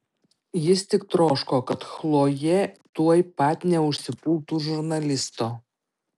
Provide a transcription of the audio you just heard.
jis tik troško kad chlojė tuoj pat neužsipultų žurnalisto